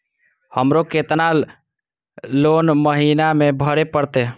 हमरो केतना लोन महीना में भरे परतें?